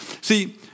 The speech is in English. See